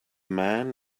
man